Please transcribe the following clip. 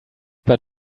but